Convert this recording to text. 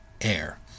air